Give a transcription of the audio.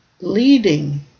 leading